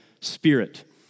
spirit